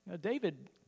David